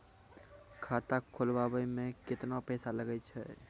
खाता खोलबाबय मे केतना पैसा लगे छै?